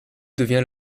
devient